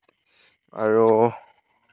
আৰু